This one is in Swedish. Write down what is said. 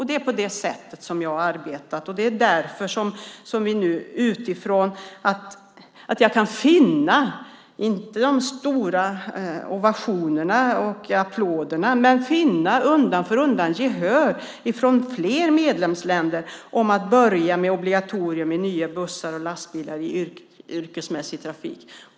Det är på det sättet som jag har arbetat, och det därför jag undan för undan, utan stora ovationer, kan finna gehör hos fler medlemsländer för att börja med obligatorium i nya bussar och lastbilar i yrkesmässig trafik.